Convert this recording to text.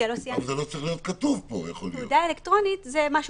אבל, יכול להיות שזה לא צריך להיות כתוב פה.